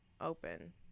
open